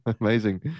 Amazing